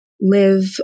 live